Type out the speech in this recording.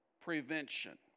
prevention